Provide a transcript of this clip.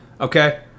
Okay